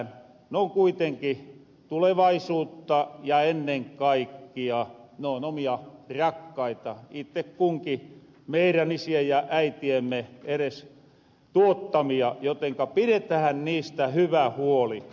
ne on kuitenki tulevaisuutta ja ennen kaikkia ne on omia rakkaita itte kunki meirän isiemme ja äitiemme eres tuottamia jotenka piretähän niistä hyvä huoli